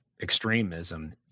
extremism